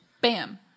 bam